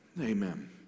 Amen